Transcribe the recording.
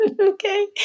Okay